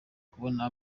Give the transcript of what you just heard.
kubona